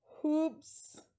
hoops